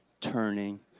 turning